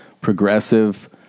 progressive